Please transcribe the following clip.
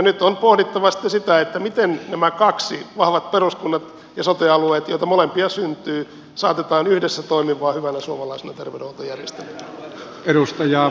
nyt on pohdittava sitten sitä miten nämä kaksi vahvat peruskunnat ja sote alueet joita molempia syntyy saatetaan yhdessä toimimaan hyvänä suomalaisena terveydenhuoltojärjestelmänä